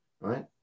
right